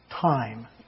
time